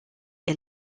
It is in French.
est